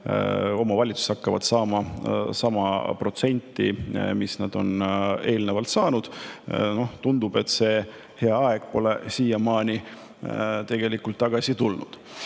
omavalitsused hakkavad saama sama protsenti, mis nad on eelnevalt saanud. Tundub, et see hea aeg pole siiamaani tagasi tulnud.